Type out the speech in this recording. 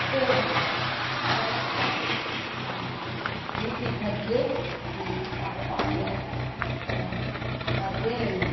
उपयोगम् अस्ति अतः अहं यूट्यूब्मध्ये पकवान्यः सर्वे